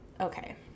Okay